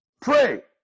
Pray